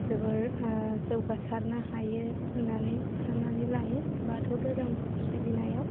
जोबोर जौगासारनो हायो होन्नानै सान्नानै लायो बाथौ धोरोम सिबिनायाव